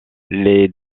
les